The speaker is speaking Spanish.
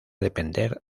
depender